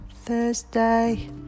Thursday